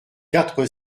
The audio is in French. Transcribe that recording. quatre